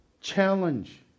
challenge